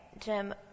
Jim